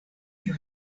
kiu